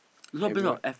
everyone